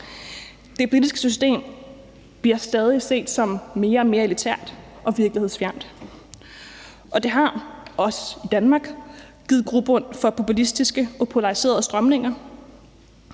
Det politiske system bliver stadig set som mere og mere elitært og virkelighedsfjernt, og det har – også i Danmark – givet grobund for populistiske og polariserede strømninger.